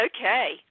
Okay